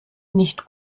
nicht